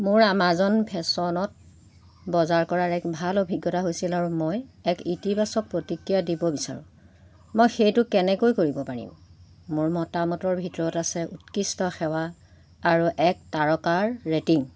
মোৰ আমাজন ফেশ্বনত বজাৰ কৰাৰ এক ভাল অভিজ্ঞতা হৈছিল আৰু মই এক ইতিবাচক প্ৰতিক্ৰিয়া দিব বিচাৰোঁ মই সেইটো কেনেকৈ কৰিব পাৰিম মোৰ মতামতৰ ভিতৰত আছে উৎকৃষ্ট সেৱা আৰু এক তাৰকাৰ ৰেটিং